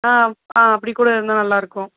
ஆ ஆ அப்படி கூட இருந்தால் நல்லா இருக்கும்